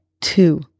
two